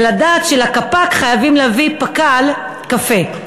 זה לדעת שלקפ"ק חייבים להביא פק"ל קפה.